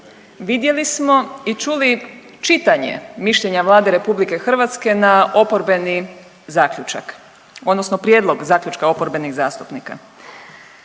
Vidjeli smo i čuli čitanje mišljenja Vlade RH na oporbeni zaključak odnosno prijedlog zaključka oporbenih zastupnika.